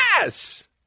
yes